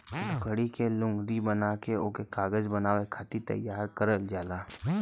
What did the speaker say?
लकड़ी के लुगदी बना के ओके कागज बनावे खातिर तैयार करल जाला